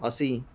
ਅਸੀਂ